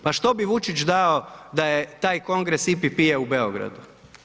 Pa što bi Vučić dao da je taj kongres EPP-a u Beogradu?